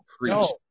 No